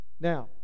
Now